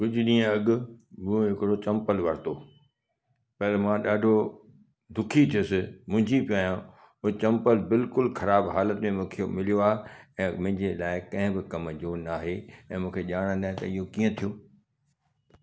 कुझ ॾींहुं अॻु मूं हिकिड़ो चंपल वरितो पर मां ॾाढो दुखी थियोसि मुंहिंजी कया हो चंपल बिल्कुलु ख़राबु हालतु में मूंखे मिलियो आहे ऐं मुंहिंजे लाइकु कंहिं बि कम जो न आहे ऐं मूंखे ॼाण न आहे त इहो कीअं थियो